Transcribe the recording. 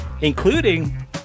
including